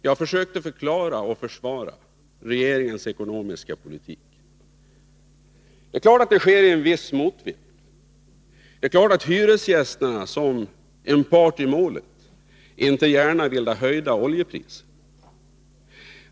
Jag försökte förklara och försvara regeringens ekonomiska politik. Det är klart att det sker i en viss motvind. Det är klart att hyresgästerna, som en part i målet, inte gärna vill ha höjda oljepriser.